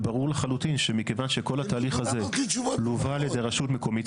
ברור לחלוטין שכל התהליך הזה לווה על ידי רשות מקומית,